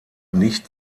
nicht